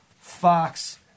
Fox